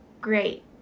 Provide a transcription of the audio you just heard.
great